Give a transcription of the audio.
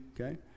Okay